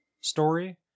story